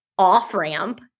off-ramp